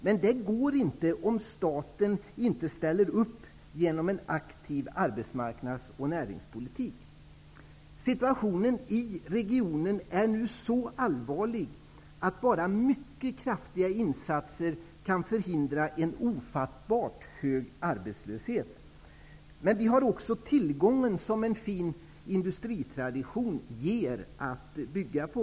Men det går inte om staten inte ställer upp genom en aktiv arbetsmarknadsoch näringspolitik. Situationen i regionen är nu så allvarlig att bara mycket kraftiga insatser kan förhindra en ofattbart hög arbetslöshet. Vi har också tillgången att ha en fin industritradition att bygga på.